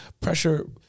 Pressure